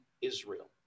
Israel